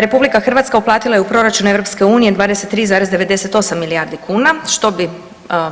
RH uplatila je u proračun EU 23,98 milijardi kuna, što bi